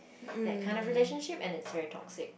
that kinds of relationships and it very toxic